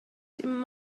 dim